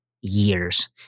years